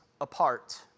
apart